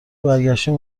برگشتیم